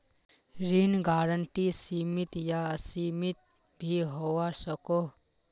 ऋण गारंटी सीमित या असीमित भी होवा सकोह